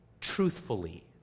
truthfully